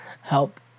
help